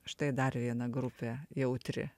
štai dar viena grupė jautri